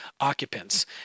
occupants